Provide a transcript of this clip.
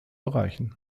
erreichen